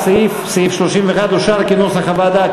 הסעיף, סעיף 31, אושר כנוסח הוועדה.